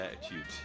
attitudes